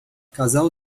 casal